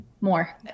more